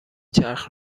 چرخ